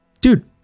Dude